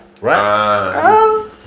Right